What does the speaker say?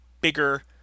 bigger